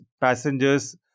passengers